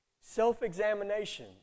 Self-examination